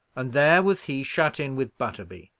and there was he, shut in with butterby.